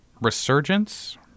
resurgence